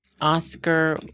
Oscar